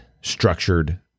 structured